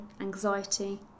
anxiety